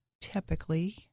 typically